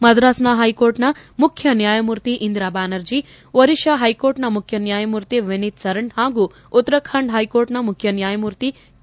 ಮಧ್ರಾಸ್ನ ಹೈಕೋರ್ಟ್ನ ಮುಖ್ಯ ನ್ಡಾಯಮೂರ್ತಿ ಇಂದಿರಾ ಬ್ಡಾನರ್ಜಿ ಒರಿಶಾ ಹೈಕೋರ್ಟ್ನ ಮುಖ್ಣನ್ಡಾಯಮೂರ್ತಿ ವಿನೀತ್ ಸರಣ್ ಹಾಗೂ ಉತ್ತರಾಖಾಂಡ್ ಹೈಕೋರ್ಟ್ನ ಮುಖ್ಯ ನ್ಯಾಯಮೂರ್ತಿ ಕೆ